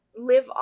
live